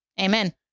Amen